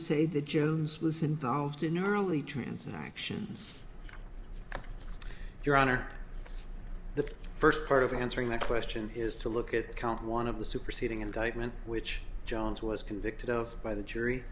say the jones was involved in early transactions your honor the first part of answering that question is to look at count one of the superseding indictment which jones was convicted of by the jury